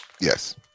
Yes